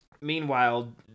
Meanwhile